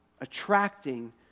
attracting